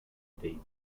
davis